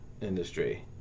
industry